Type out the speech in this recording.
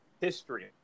History